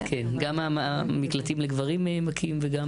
גם המקלטים לגברים מכים, גם